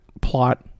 plot